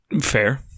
Fair